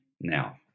now